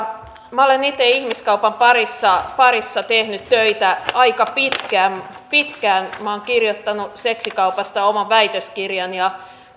minä olen itse ihmiskaupan parissa parissa tehnyt töitä aika pitkään pitkään olen kirjoittanut seksikaupasta oman väitöskirjani ja